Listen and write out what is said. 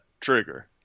trigger